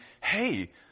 hey